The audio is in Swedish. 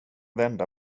vända